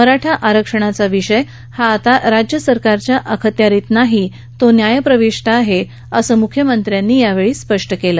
मराठा आरक्षणाचा विषय हा आता राज्य सरकारच्या अखत्यारीत नाही तो न्यायप्रविष्ट आहे असं मुख्यमंत्र्यांनी यावेळी स्पष्ट केलं